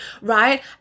right